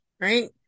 Right